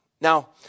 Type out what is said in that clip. Now